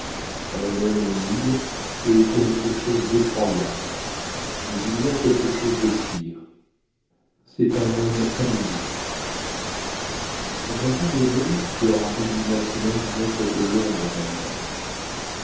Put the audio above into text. un homme nul est quelque chose d'effroyable mais il y a quelque chose de pire c'est un homme annulé dans un temps donné tu auras réduit macumer à n'être que l'ombre d'un homme